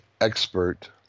expert